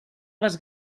les